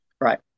Right